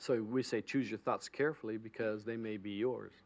so we say choose your thoughts carefully because they may be yours